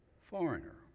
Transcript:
foreigner